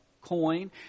coin